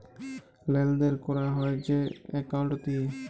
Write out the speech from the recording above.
লেলদেল ক্যরা হ্যয় যে একাউল্ট দিঁয়ে